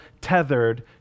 tethered